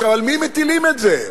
על מי מטילים את זה?